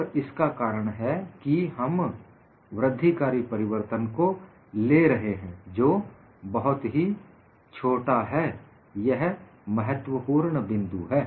और इसका कारण है कि हम वृद्धिकारी परिवर्तन को ले रहे हैं जो बहुत ही छोटा है यह महत्वपूर्ण बिंदु है